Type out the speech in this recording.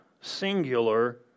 singular